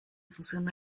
fusiona